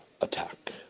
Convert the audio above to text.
attack